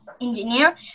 engineer